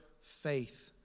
faith